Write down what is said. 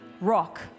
rock